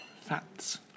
Fats